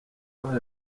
bar